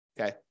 Okay